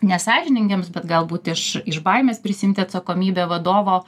nesąžiningiems bet galbūt iš iš baimės prisiimti atsakomybę vadovo